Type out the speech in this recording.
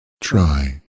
Try